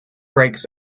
brakes